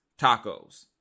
tacos